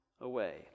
away